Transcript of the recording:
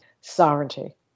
sovereignty